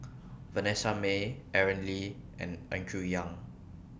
Vanessa Mae Aaron Lee and Andrew Ang